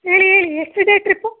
ಹೇಳಿ ಹೇಳಿ ಎಷ್ಟಿದೆ ಟ್ರಿಪ್ಪು